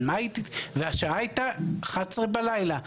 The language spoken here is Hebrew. והשעה הייתה 23:00 בלילה.